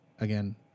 again